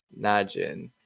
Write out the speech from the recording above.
Najin